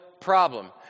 problem